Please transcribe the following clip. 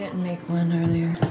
make one earlier.